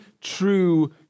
true